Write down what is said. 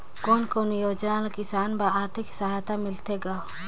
कोन कोन योजना ले किसान बर आरथिक सहायता मिलथे ग?